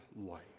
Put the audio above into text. life